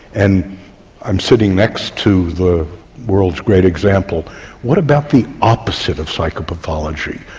and i'm sitting next to the world's great example what about the opposite of psychopathology?